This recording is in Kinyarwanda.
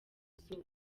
izuba